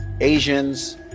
Asians